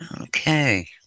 Okay